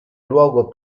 luogo